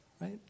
Right